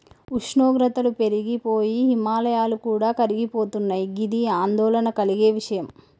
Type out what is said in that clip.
ఉష్ణోగ్రతలు పెరిగి పోయి హిమాయాలు కూడా కరిగిపోతున్నయి గిది ఆందోళన కలిగే విషయం